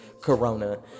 corona